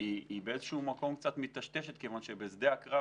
היא קצת מטשטשת כיוון שבשדה הקרב,